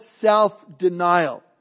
self-denial